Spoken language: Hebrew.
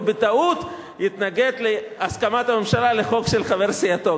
ובטעות יתנגד להסכמת הממשלה לחוק של חבר סיעתו,